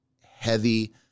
heavy